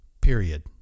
period